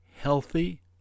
healthy